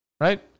Right